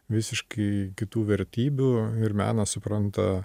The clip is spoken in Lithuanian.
visiškai kitų vertybių ir meną supranta